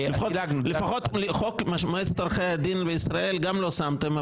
לפחות חוק מועצת עורכי הדין בישראל גם לא שמתם,